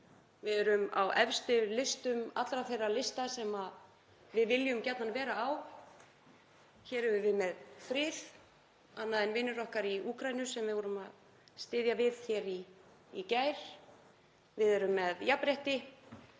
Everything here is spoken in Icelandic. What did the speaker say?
Við erum á efstu listum allra þeirra lista sem við viljum gjarnan vera á. Hér erum við með frið, annað en vinir okkar í Úkraínu sem við vorum að styðja við hér í gær. Við erum með jafnrétti.